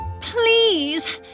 Please